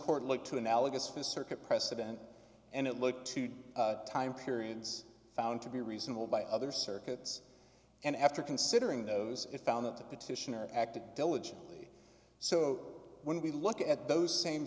court looked to analogous to circuit precedent and it looked to time periods found to be reasonable by other circuits and after considering those busy it found that the petitioner acted diligently so when we look at those same